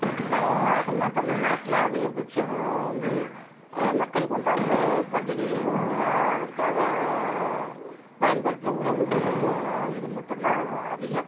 இது தான் வழக்கமாக தமிழ்நாட்டில் அதிகபட்சம் வந்து மக்கள் கொண்டாட்கிற பண்டிகையும் அதை அதற்காக பயன்படுத்துகிற உணவுகளும் இது மட்டும் தான் அதிகம்